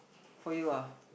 for you ah